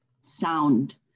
sound